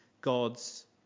God's